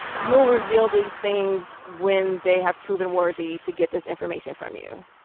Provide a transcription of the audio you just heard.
you'll reveal these things when they have proven worthy to get this information from you